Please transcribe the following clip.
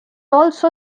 also